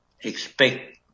expect